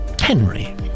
Henry